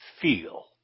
feel